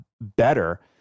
better